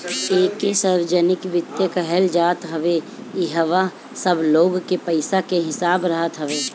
एके सार्वजनिक वित्त कहल जात हवे इहवा सब लोग के पईसा के हिसाब रहत हवे